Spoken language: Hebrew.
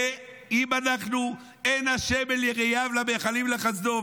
ואם אנחנו "עין ה' אל יראיו למיחלים לחסדו",